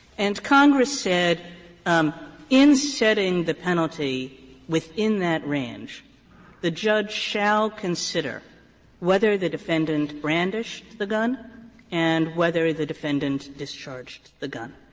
and congress said um in setting the penalty within that range the judge shall consider whether the defendant brandished the gun and whether the defendant discharged the gun.